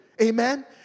Amen